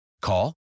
Call